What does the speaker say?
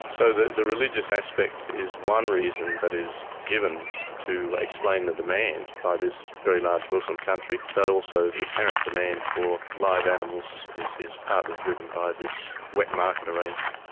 so the the religious aspect is one reason that is given to explain the demand by this very large muslim country, but also the apparent demand for live animals is is partly driven by this wet market arrangement.